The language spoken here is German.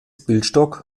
bildstock